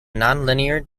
nonlinear